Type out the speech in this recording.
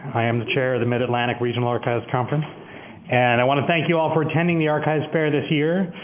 i am the chari of the mid atlantic regional archives conference and i want to thank you ah for attending the archives fair this year,